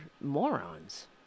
morons